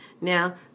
Now